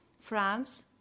France